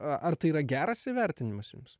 ar tai yra geras įvertinimas jums